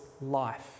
life